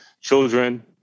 children